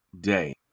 day